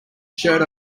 shirt